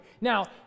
Now